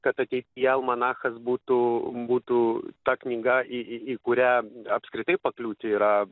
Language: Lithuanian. kad ateityje almanachas būtų būtų ta knyga į į į kurią apskritai pakliūti yra